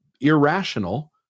irrational